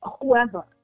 whoever